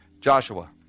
Joshua